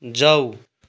जाऊ